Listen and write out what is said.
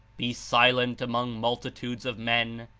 be silent among multitudes of men,